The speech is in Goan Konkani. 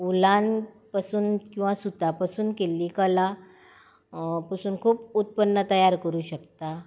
वुलां पासून किंवा सुता पासून केल्ली कला पासून खूब उत्पन्न तयार करूंक शकता